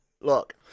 Look